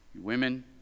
women